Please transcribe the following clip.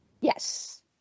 Yes